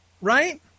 right